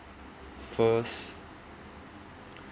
first